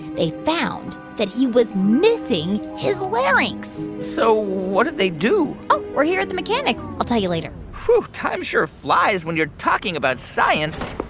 they found that he was missing his larynx so what did they do? oh, we're here at the mechanic's. i'll tell you later whew. time sure flies when you're talking about science